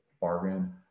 bargain